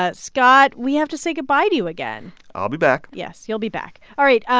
ah scott, we have to say goodbye to you again i'll be back yes, you'll be back. all right.